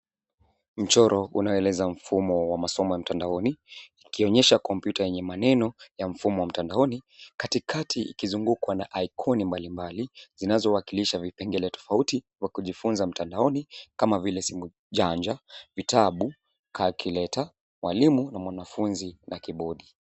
Mchoro unaoleza mfumo wa masomo mtandaoni ikionyesha kompyuta yenye maneno na mfumo wa mtandaoni katikati ikizungukwa na icon mbalimbali zinazowakilisha vipengele tofauti vya kujifunza mtandaoni kama vile simu janja, vitabu, calculator ,mwalimu na mwanafunzi na kibodi.